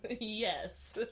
Yes